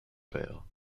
père